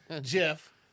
Jeff